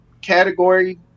category